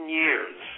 years